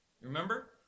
Remember